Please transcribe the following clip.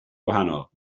gwahanol